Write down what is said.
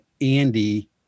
Andy